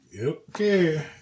Okay